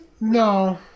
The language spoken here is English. No